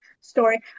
story